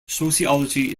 sociology